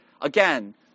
Again